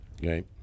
Okay